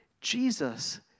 Jesus